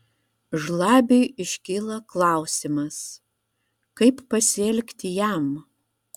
žlabiui iškyla klausimas kaip pasielgti jam